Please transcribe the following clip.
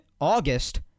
August